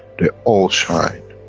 they all shine,